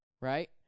right